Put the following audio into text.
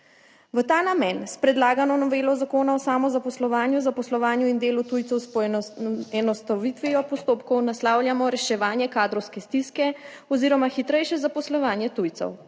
V ta namen s predlagano novelo Zakona o samozaposlovanju, zaposlovanju in delu tujcev s poenostavitvijo postopkov naslavljamo reševanje kadrovske stiske oziroma hitrejše zaposlovanje tujcev,